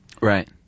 Right